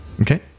Okay